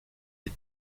les